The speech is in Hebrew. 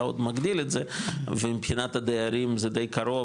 עוד מגדיל את זה ומבחינת הדיירים זה די קרוב,